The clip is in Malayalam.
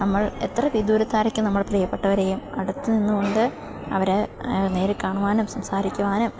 നമ്മൾ എത്ര വിദൂരത്തായിരിക്കുന്ന നമ്മുടെ പ്രിയപ്പെട്ടവരെയും അടുത്തുനിന്നുകൊണ്ട് അവരെ നേരില് കാണുവാനും സംസാരിക്കുവാനും